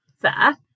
fair